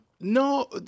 no